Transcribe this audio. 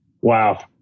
wow